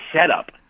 setup